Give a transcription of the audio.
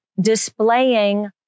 displaying